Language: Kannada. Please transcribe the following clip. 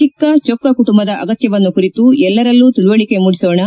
ಚಿಕ್ಕ ಚೊಕ್ಕ ಕುಟುಂಬದ ಅಗತ್ಯವನ್ನು ಕುರಿತು ಎಲ್ಲರಲ್ಲೂ ತಿಳುವಳಿಕೆ ಮೂಡಿಸೋಣ